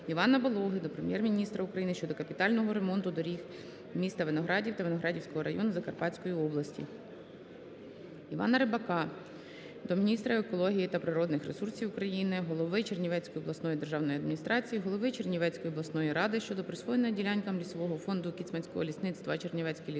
Івана Балоги до Прем'єр-міністра України щодо капітального ремонту доріг міста Виноградів та Виноградівського району Закарпатської області. Івана Рибака до міністра екології та природних ресурсів України, голови Чернівецької обласної державної адміністрації, голови Чернівецької обласної ради щодо присвоєння ділянкам лісового фонду Кіцманського лісництва "Чернівецький лісгосп"